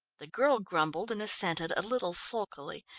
the girl grumbled and assented a little sulkily,